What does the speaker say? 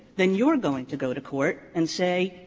then you are going to go to court and say,